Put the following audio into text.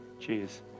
Cheers